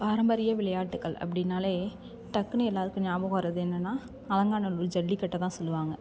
பாரம்பரிய விளையாட்டுகள் அப்படின்னாலே டக்குன்னு எல்லோருக்கும் ஞாபகம் வரது என்னென்னா அலங்காநல்லூர் ஜல்லிக்கட்டு தான் சொல்லுவாங்க